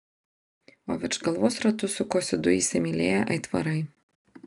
o virš galvos ratu sukosi du įsimylėję aitvarai